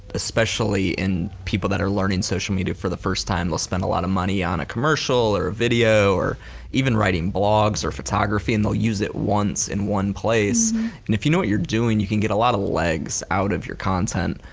especially in people that are learning social media for the first time, they'll spend a lot of money on a commercial or a video or even writing blogs or photography and they'll use it once in one place and if you know what you're doing, you can get a lot of legs out of your content.